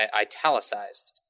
italicized